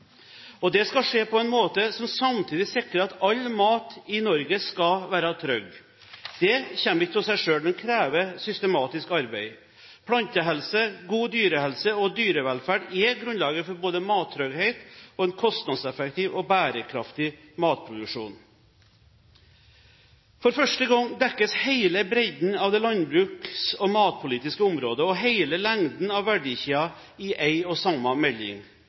Det skal skje på en måte som samtidig sikrer at all mat i Norge skal være trygg. Det kommer ikke av seg selv, men krever systematisk arbeid. Plantehelse, god dyrehelse og dyrevelferd er grunnlaget for både mattrygghet og en kostnadseffektiv og bærekraftig matproduksjon. For første gang dekkes hele bredden av det landbruks- og matpolitiske området og hele lengden av verdikjedene i én og samme melding.